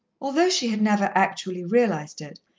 although she had never actually realized it,